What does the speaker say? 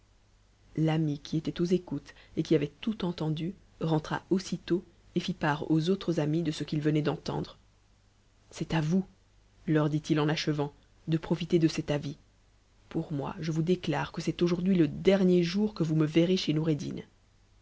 l'ami qui était aux écoutes et qui avait tout entendu rentra aussitôt et fit part aux autres amis de ce qu'il venait d'apprendre c'est à vous m dit it en achevant de profiter de cet avis pour moi je vous déclare qnf c'est aujourd'hui le dernier jour que vous me verrez chez noureddin